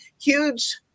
huge